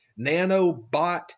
nanobot